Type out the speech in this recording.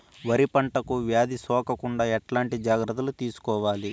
వరి పంటకు వ్యాధి సోకకుండా ఎట్లాంటి జాగ్రత్తలు తీసుకోవాలి?